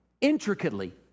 intricately